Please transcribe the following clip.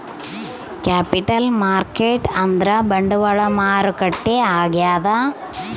capital market ಅಂದ್ರ ಬಂಡವಾಳ ಮಾರುಕಟ್ಟೆ ಆಗ್ಯಾದ